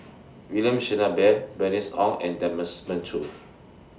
William Shellabear Bernice Ong and Demons Choo